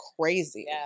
crazy